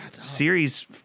Series